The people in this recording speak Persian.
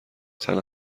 تنها